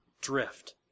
drift